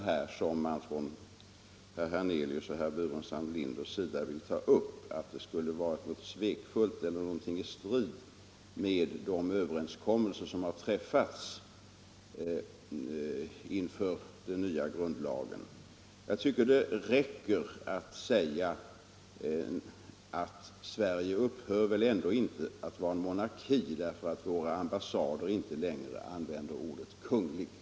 Herrar Hernelius och Burenstam Linder vill göra gällande att någonting svekfullt har skett i strid med de överenskommelser som träffades inför den nya grundlagen. Det räcker med att svara att Sverige väl inte upphör att vara en monarki därför att våra ambassader inte längre använder ordet Kungl.